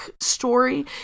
story